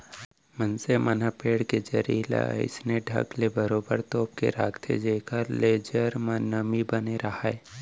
मनसे मन ह पेड़ के जरी ल अइसने ढंग ले बरोबर तोप के राखथे जेखर ले जर म नमी बने राहय